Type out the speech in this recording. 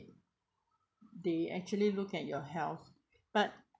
they actually look at your health but